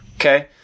okay